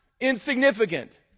insignificant